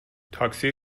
تاکسی